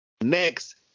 next